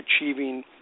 achieving